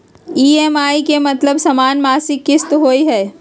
EMI के मतलब समान मासिक किस्त होहई?